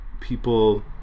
people